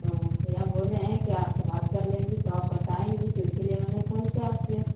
तो भैया बोले कि आप से बात कर लेंगे तो आप बताएंगी तो इसिलए मैंने फोन किया आपसे